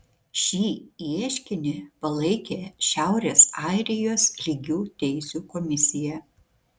šį ieškinį palaikė šiaurės airijos lygių teisių komisija